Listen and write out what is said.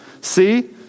See